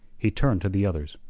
he turned to the others.